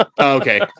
Okay